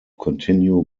continue